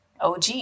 OG